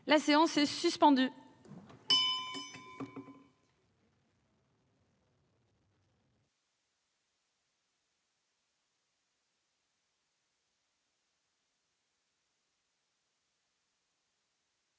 La séance est suspendue.